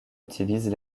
utilisent